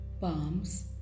palms